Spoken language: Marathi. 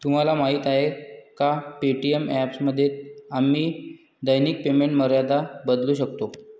तुम्हाला माहीत आहे का पे.टी.एम ॲपमध्ये आम्ही दैनिक पेमेंट मर्यादा बदलू शकतो?